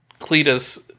cletus